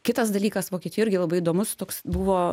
kitas dalykas vokietijoj irgi labai įdomus toks buvo